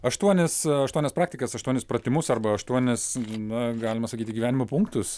aštuonis aštuonias praktikas aštuonis pratimus arba aštuonis na galima sakyti gyvenimo punktus